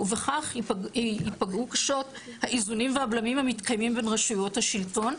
ובכך ייפגעו קשות האיזונים והבלמים המתקיימים בין רשויות השלטון,